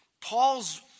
Paul's